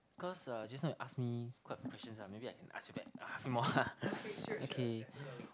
because uh just now you ask me quite a questions ah maybe I can ask you back a bit more ah okay